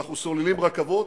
אנחנו סוללים לרכבות,